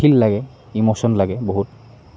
feel লাগে emotion লাগে বহুত